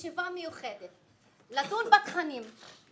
אני רוצה ישיבה מיחדת לדון בתכנים ובמטרות,